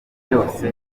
byose